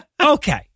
Okay